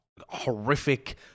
horrific